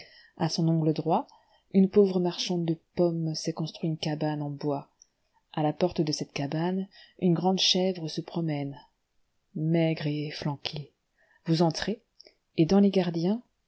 à son angle droit une pauvre marchande de pommes s'est construit une cabane en bois à la porte de cette cabane une grande chèvre se promène maigre et efflanquée vous entrez et dans les gardiens